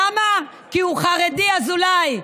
למה, כי הוא חרדי, אזולאי?